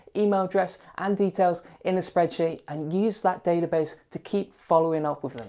email address and details in the spreadsheet, and use that database to keep following up with them.